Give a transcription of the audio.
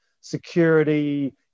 security